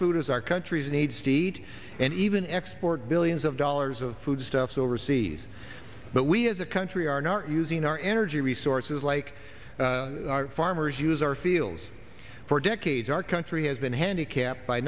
food as our countries need steet and even export billions of dollars of foodstuffs overseas but we as a country are not using our energy resources like our farmers use our fields for decades our country has been handicapped by